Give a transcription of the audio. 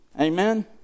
Amen